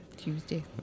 tuesday